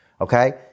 Okay